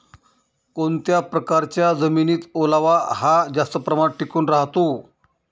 कोणत्या प्रकारच्या जमिनीत ओलावा हा जास्त प्रमाणात टिकून राहतो?